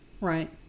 Right